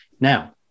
Now